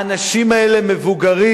האנשים האלה מבוגרים.